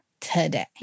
today